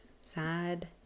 sad